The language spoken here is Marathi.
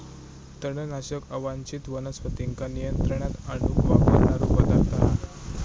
तणनाशक अवांच्छित वनस्पतींका नियंत्रणात आणूक वापरणारो पदार्थ हा